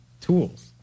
tools